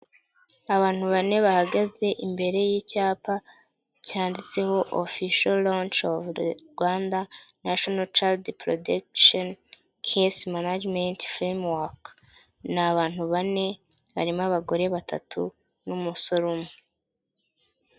Abantu bane bahagaze imbere y'icyapa cyanditseho ofisho ronchi ofu Rwanda, nashono chadi purodekisheni kesi managimenti femu waka. Ni abantu bane harimo abagore batatu n'umusoro umwe.